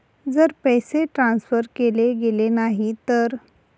जर पैसे ट्रान्सफर केले गेले नाही तर?